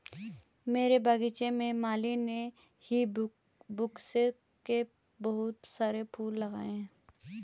मेरे बगीचे में माली ने हिबिस्कुस के बहुत सारे फूल लगाए हैं